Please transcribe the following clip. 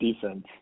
defense